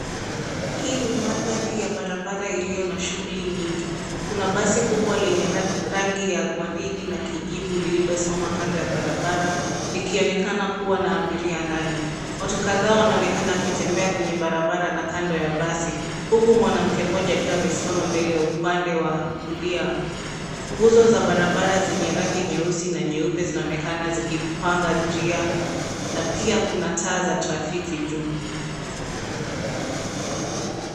Hii ni mandhari ya barabara iliyo na shughuli nyingi. Kuna basi kubwa lenye rangi ya waridi na kijivu liilosimama kando ya barabara, likionekana kuwa na abiria ndani. Watu kadhaa wanaonekana wakitembea kwenye barabara na kando ya basi, huku mwanamke mmoja akiwa amesimama mbele ya upande wa kulia. Nguzo za barabara zenye rangi nyeusi na nyeupe zinaonekana zikipanga njia na pia kuna taa za trafiki juu.